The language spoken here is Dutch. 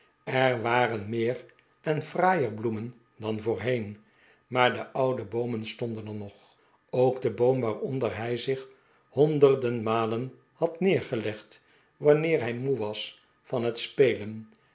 er waren meer en fraaier bloemen dan voorheen maar de oude boomen stonden er nog ook de boom waaronder hij zich honderden malen had neergelegd wanneer hij moe was van het spelen